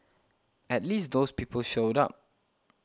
at least those people showed up